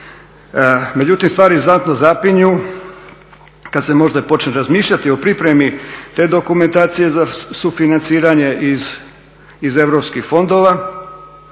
Međutim, stvari znatno zapinju kad se možda počne i razmišljati o pripremi te dokumentacije za sufinanciranje iz EU fondova,